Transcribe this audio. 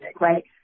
right